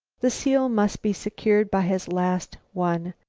the seal must be secured by his last one.